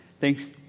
Thanks